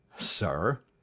sir